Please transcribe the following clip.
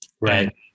Right